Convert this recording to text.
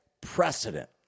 precedent